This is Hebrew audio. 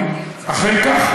אכן כך.